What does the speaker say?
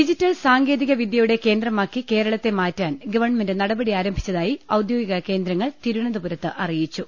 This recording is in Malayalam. ഡിജിറ്റൽ സാങ്കേതിക വിദ്യയുടെ കേന്ദ്രമാക്കി കേരളത്തെ മാറ്റാൻ ഗവൺമെന്റ് നടപടി ആരംഭിച്ചതായി ഔദ്യോഗിക കേന്ദ്രങ്ങൾ തിരുവന ന്തപുരത്ത് അറിയിച്ചു